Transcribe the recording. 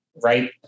right